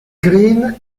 green